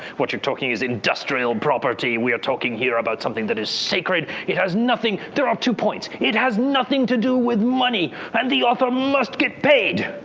what you're talking is industrial property. we are talking here about something that is sacred. it has nothing there are um two points. it has nothing to do with money, and the author must get paid.